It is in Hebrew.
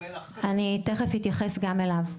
תיכף אתייחס גם אליו,